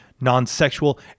non-sexual